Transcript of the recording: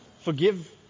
forgive